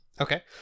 okay